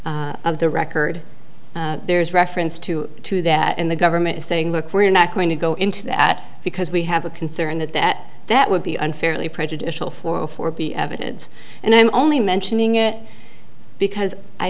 of the record there's reference to to that and the government is saying look we're not going to go into that because we have a concern that that that would be unfairly prejudicial for for be evidence and i'm only mentioning it because i